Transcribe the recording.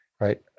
right